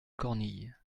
cornille